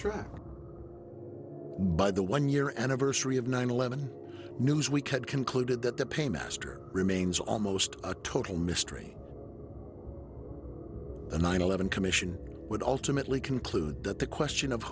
track by the one year anniversary of nine eleven newsweek had concluded that the paymaster remains almost a total mystery the nine eleven commission would ultimately conclude that the question of